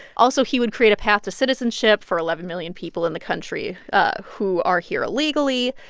also, he would create a path to citizenship for eleven million people in the country ah who are here illegally.